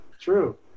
True